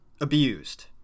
abused